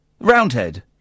Roundhead